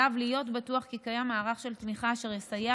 עליו להיות בטוח כי קיים מערך של תמיכה אשר יסייע